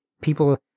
people